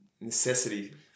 necessity